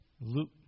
Luke